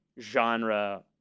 genre